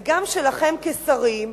וגם שלכם כשרים,